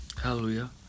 hallelujah